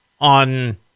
on